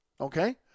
Okay